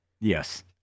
Yes